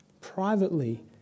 privately